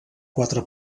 quatre